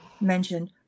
mentioned